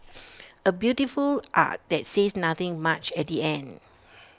A beautiful Ad that says nothing much at the end